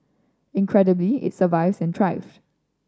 incredibly it survives and thrives